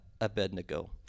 Abednego